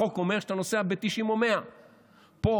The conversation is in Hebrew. החוק אומר שאתה נוסע ב-90 או 100. פה,